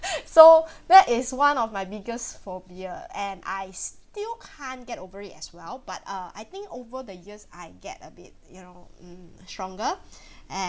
so that is one of my biggest phobia and I still can't get over it as well but uh I think over the years I get a bit you know mm stronger